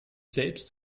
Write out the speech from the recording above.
selbst